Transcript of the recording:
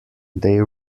they